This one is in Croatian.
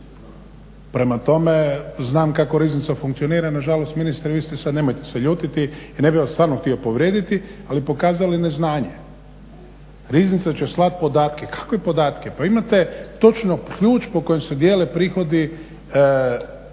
Prema tome, znam kako riznica funkcionira, nažalost ministre vi ste sad, nemojte se ljutiti i ne bih vas stvarno htio povrijediti ali pokazali neznanje. Riznica će slati podatke, kakve podatke? Pa imate točno ključ po kojem se dijele prihodi